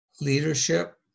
Leadership